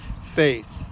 faith